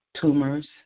tumors